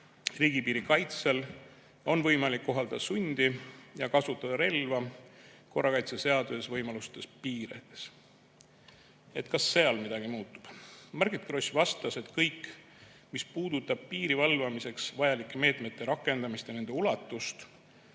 Riigipiiri kaitsel on võimalik kohaldada sundi ja kasutada relva korrakaitseseaduse võimaluste piires. Kas seal midagi muutub? Margit Gross vastas, et kõik, mis puudutab piiri valvamiseks vajalike meetmete rakendamist ja nende ulatust,